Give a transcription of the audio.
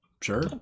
Sure